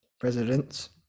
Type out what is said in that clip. presidents